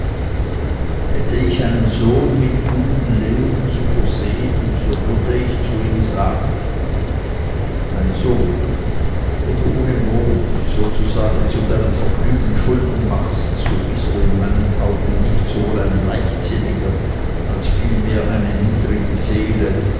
hätte ich einen sohn mit guten lehren zu versehen so würde ich zu ihm sagen mein sohn wenn du ohne not und sozusagen zu deinem vergnügen schulden machst so bist du in meinen augen nicht sowohl ein leichtsinniger als vielmehr eine niedrige seele